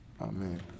Amen